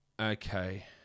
Okay